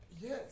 Yes